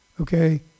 okay